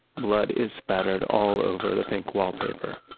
blood is spattered all over the pink wallpaper.